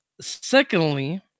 secondly